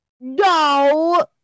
No